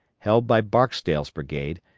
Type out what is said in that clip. held by barksdale's brigade,